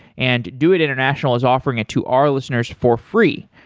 and doit international is offering it to our listeners for free.